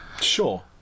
Sure